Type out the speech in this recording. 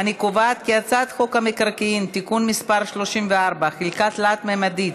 את הצעת חוק המקרקעין (תיקון מס' 34) (חלקה תלת-ממדית),